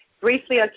Briefly